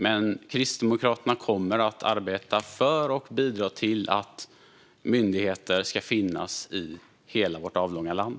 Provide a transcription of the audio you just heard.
Men Kristdemokraterna kommer att arbeta för och bidra till att myndigheter ska finnas i hela vårt avlånga land.